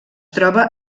troba